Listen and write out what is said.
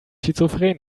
schizophren